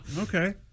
Okay